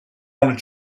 want